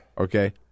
Okay